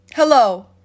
Hello